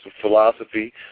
philosophy